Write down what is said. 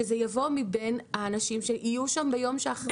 שזה יבוא מבין האנשים שיהיו שם ביום שאחרי זה.